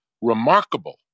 remarkable